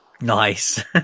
nice